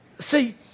See